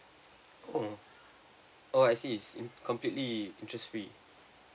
oh I see is in completely interest free